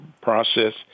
process